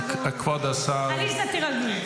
עליזה, תירגעי.